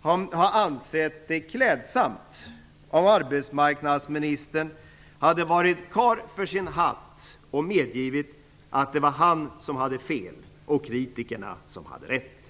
ha ansett det klädsamt om arbetsmarknadsministern hade varit karl för sin hatt och medgivit att det var han som hade fel och kritikerna som hade rätt.